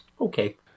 okay